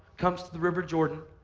comes to the river jordan.